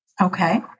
Okay